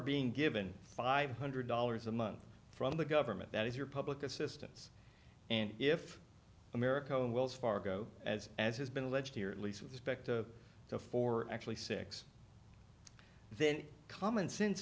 being given five hundred dollars a month from the government that is your public assistance and if america and wells fargo as as has been alleged here at least with respect to for actually six then common sense